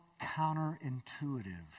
counterintuitive